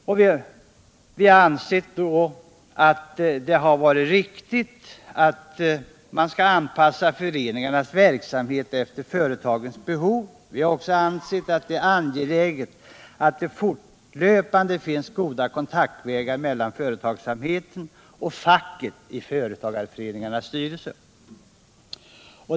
I vår motion har vi därför angivit att det är viktigt att anpassa föreningarnas verksamhet = De mindre och efter företagens behov liksom att det är angeläget att det fortlöpande medelstora finns goda kontaktvägar mellan företagsamheten och facket i förening = företagens utveckarnas styrelser.